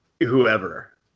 whoever